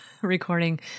recording